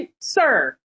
Sir